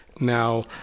now